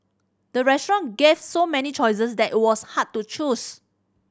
the restaurant gave so many choices that it was hard to choose